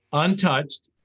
untouched,